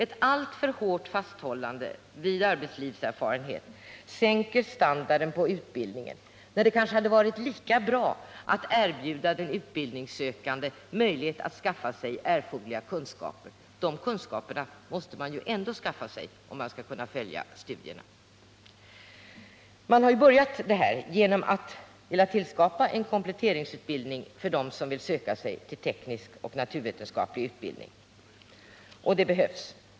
Ett alltför hårt fasthållande vid arbetslivserfarenhet sänker standarden på utbildningen. Lika bra hade det kanske varit att erbjuda de utbildningssökande möjlighet att skaffa sig erforderliga kunskaper. De ! :unskaperna måste de ju ändå skaffa sig för att kunna följa studierna. Man har redan börjat gå den vägen genom förslaget att tillskapa en utbildningskomplettering för dem som vill söka sig till teknisk och naturvetenskaplig utbildning. En sådan utbildning behövs.